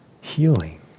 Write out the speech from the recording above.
healing